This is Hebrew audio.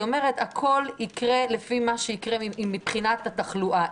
היא אומרת שהכול יקרה לפי מה שיקרה מבחינת התחלואה.